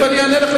תיכף אני אענה לך.